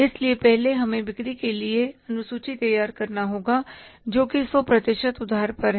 इसलिए पहले हमें बिक्री के लिए अनुसूची तैयार करनी होगा जोकि सौ प्रतिशत उधार पर है